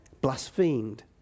blasphemed